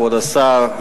כבוד השר,